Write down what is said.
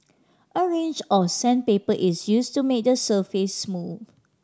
a range of sandpaper is used to made the surface smooth